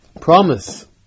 promise